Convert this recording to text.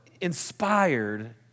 inspired